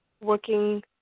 working